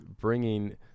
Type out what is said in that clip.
bringing